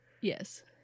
Yes